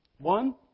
one